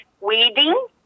weeding